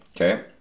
Okay